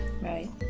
Right